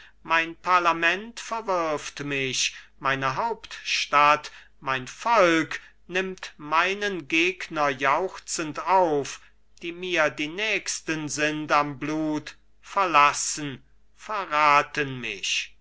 mein parlament verwirft mich meine hauptstadt mein volk nimmt meinen gegner jauchzend auf die mir die nächsten sind am blut verlassen verraten mich